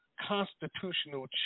constitutional